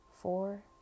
four